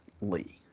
Lee